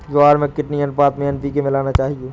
ज्वार में कितनी अनुपात में एन.पी.के मिलाना चाहिए?